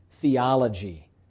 theology